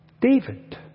David